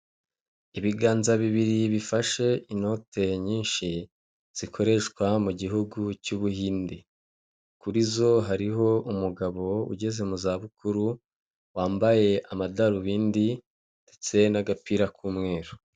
Ibiganza bibiri bifashe inote nyinshi zikoreshwa mu gihugu cy'ubuhinde kurizo hariho umugabo ugeze mu za bukuru wambaye amadarubindi ndetse n'agapira k'umweru.